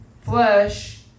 flesh